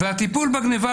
והטיפול בגניבה,